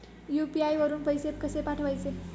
UPI वरून पैसे कसे पाठवायचे?